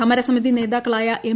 സമരസമിതി നേതാക്കളായ എം